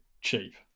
cheap